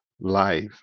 life